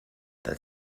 that